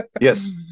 Yes